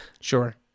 Sure